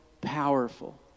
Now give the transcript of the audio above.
powerful